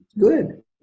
good